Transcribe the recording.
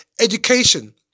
education